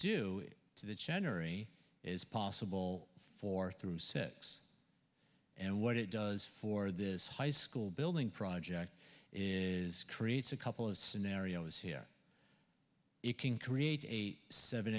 to the chan or any is possible for through six and what it does for this high school building project is creates a couple of scenarios here it can create a seven